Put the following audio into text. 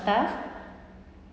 stuff